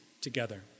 together